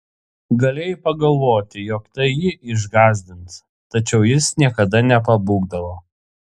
galėjai pagalvoti jog tai jį išgąsdins tačiau jis niekada nepabūgdavo